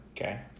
Okay